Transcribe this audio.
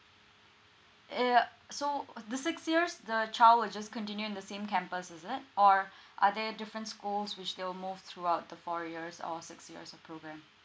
ya so uh the six years the child will just continue in the same campus is it or are there different schools which they will move throughout the four years or six years of program